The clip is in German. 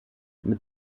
mit